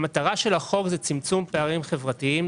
המטרה של החוק הוא צמצום פערים חברתיים.